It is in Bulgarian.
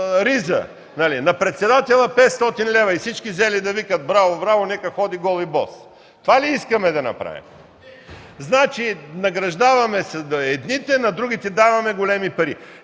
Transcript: риза; на председателя – 500 лв. Всички взели да викат: „Браво, браво, нека ходи гол и бос!” Това ли искаме да направим? Награждаваме едните, на другите даваме големи пари.